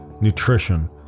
nutrition